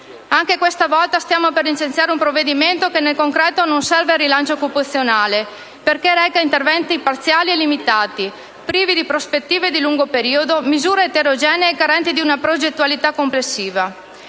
Anche questa volta stiamo per licenziare un provvedimento che, nel concreto, non serve al rilancio occupazionale, perché reca interventi parziali e limitati, privi di prospettive di lungo periodo, e misure eterogenee carenti di una progettualità complessiva.